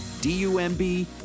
D-U-M-B